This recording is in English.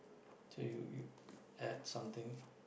to add something